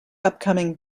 upcoming